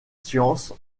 science